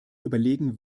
überlegen